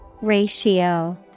Ratio